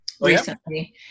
recently